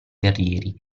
terrieri